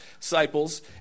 disciples